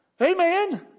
Amen